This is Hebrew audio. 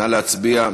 נא להצביע.